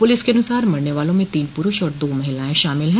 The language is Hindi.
पुलिस ने बताया मरने वालें में तीन पुरूष और दो महिलायें शामिल हैं